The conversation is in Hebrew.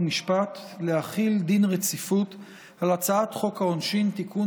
חוק ומשפט להחיל דין רציפות על הצעת חוק העונשין (תיקון